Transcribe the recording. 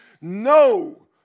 No